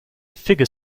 figure